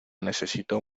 necesito